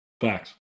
Thanks